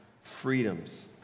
freedoms